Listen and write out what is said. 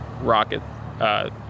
rocket